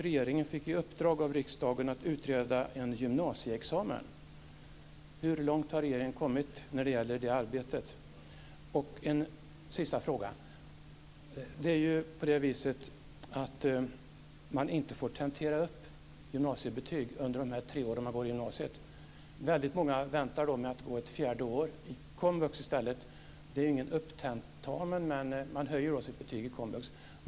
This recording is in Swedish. Regeringen fick i uppdrag av riksdagen att utreda frågan om en gymnasieexamen. Hur långt har regeringen kommit med det arbetet? Man får inte tentera upp gymnasiebetyg under de tre år som man går i gymnasiet. Det är då väldigt många som i stället väntar med att gå ett fjärde år i komvux. Det rör sig inte om en upptentamen, men man höjer sina betyg.